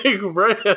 right